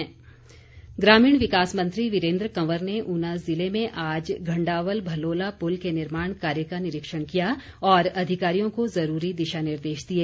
वीरेन्द्र कंवर ग्रामीण विकास मंत्री वीरेन्द्र कंवर ने ऊना ज़िले में आज घंडावल भलोला पुल के निर्माण कार्य का निरीक्षण किया और अधिकारियों को ज़रूरी दिशा निर्देश दिए